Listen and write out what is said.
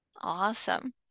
Awesome